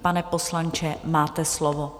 Pane poslanče, máte slovo.